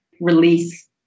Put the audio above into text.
release